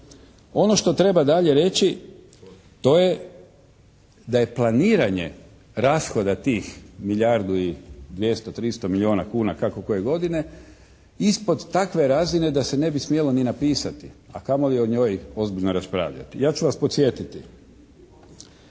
Ono što treba dalje reći to je da je planiranje rashoda tih milijardu i 200, 300 milijona kuna kako koje godine ispod takve je razine da se ne bi smjelo ni napisati, a kamoli o njoj ozbiljno raspravljati. Ja ću vas podsjetiti.